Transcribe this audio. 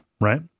Right